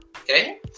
Okay